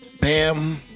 Bam